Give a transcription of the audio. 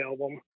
album